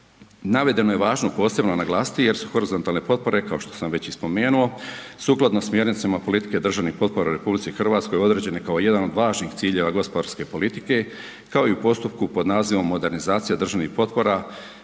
Navedeno je važno posebno naglasiti jer su horizontalne potpore kao što sam već i spomenuo sukladno smjernicama politike državnih potpora u RH određene kao jedan od važnih ciljeva gospodarske politike kao i u postupku pod nazivom Modernizacija državnih potpora